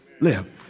live